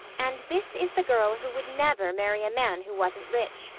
and this is the girl who would never marry a man who wasn't rich,